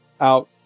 out